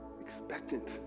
expectant